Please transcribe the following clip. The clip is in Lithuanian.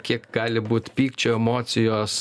kiek gali būt pykčio emocijos